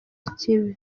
ikibi